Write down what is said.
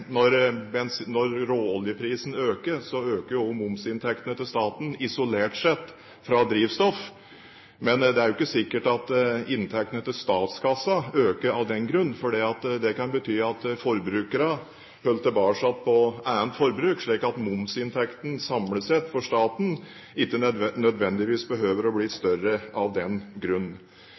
når råoljeprisen øker, så øker også momsinntektene til staten fra drivstoff, men det er jo ikke sikkert at inntektene til statskassa øker av den grunn. For det kan bety at forbrukerne holder tilbake på annet forbruk. Så momsinntektene samlet sett for staten behøver ikke nødvendigvis å bli større av den grunn.